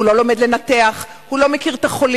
הוא לא לומד לנתח, הוא לא מכיר את החולים.